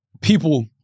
people